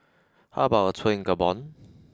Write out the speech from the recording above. how about a tour in Gabon